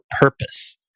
purpose